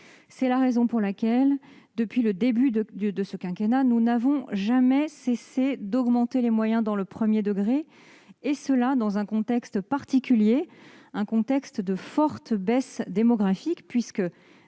C'est la raison pour laquelle, depuis le début de ce quinquennat, nous n'avons jamais cessé d'augmenter les moyens consacrés au premier degré, et ce dans un contexte de forte baisse démographique